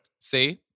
See